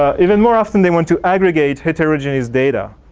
ah even more often, they want to aggregate heterogeneous data.